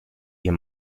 ihr